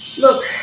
Look